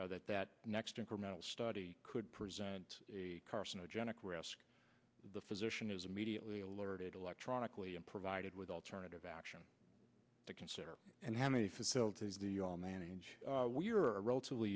risk that next incremental study could present a carcinogenic risk the physician is immediately alerted electronically and provided with alternative action to consider and how many facilities the all manage we're a relatively